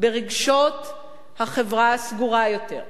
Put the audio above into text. ברגשות החברה הסגורה יותר.